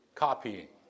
copying